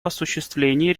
осуществлении